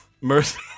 Mercy